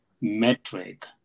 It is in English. metric